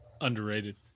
Underrated